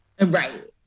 right